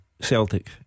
Celtic